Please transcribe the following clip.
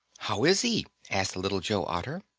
how is he? asked little joe otter.